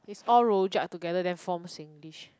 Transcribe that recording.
it's all rojak together then form singlish